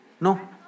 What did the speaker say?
No